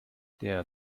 der